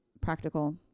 practical